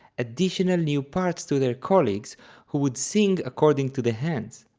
additional new parts to their colleagues who would sing according to the hands.